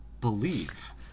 believe